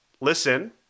listen